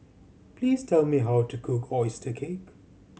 please tell me how to cook oyster cake